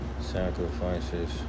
sacrifices